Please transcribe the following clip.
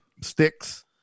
sticks